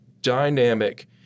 dynamic